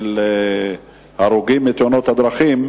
הרוגים בתאונות הדרכים,